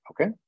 Okay